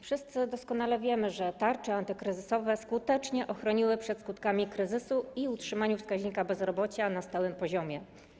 Wszyscy doskonale wiemy, że tarcze antykryzysowe skutecznie ochroniły przed skutkami kryzysu i utrzymały wskaźnik bezrobocia na stałym poziomie.